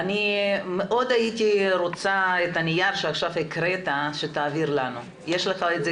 מאוד הייתי רוצה שתעביר לנו את הנייר שעכשיו הקראת,